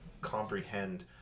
comprehend